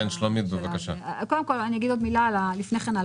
לפני כן, אגיד עוד מילה על החוק.